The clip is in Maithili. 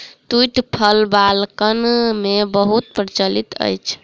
तूईत फल बालकगण मे बहुत प्रचलित अछि